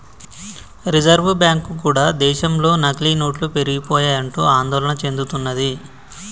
reserve bank కూడా దేశంలో నకిలీ నోట్లు పెరిగిపోయాయంటూ ఆందోళన చెందుతున్నది